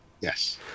Yes